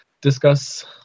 discuss